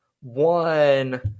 One